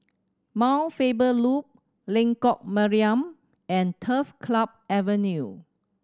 Mount Faber Loop Lengkok Mariam and Turf Club Avenue